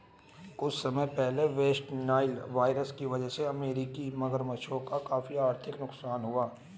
कुछ समय पहले वेस्ट नाइल वायरस की वजह से अमेरिकी मगरमच्छों का काफी आर्थिक नुकसान हुआ